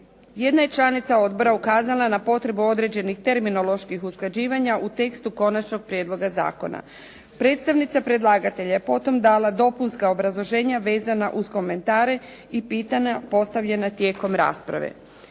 Jedna je članica odbora ukazala na potrebu određenih terminoloških usklađivanja u tekstu konačnog prijedloga zakona. Predstavnica predlagatelja je potom dala dopunska obrazloženja vezana uz komentare i pitanja postavljena tijekom rasprave.